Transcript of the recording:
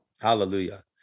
Hallelujah